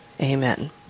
Amen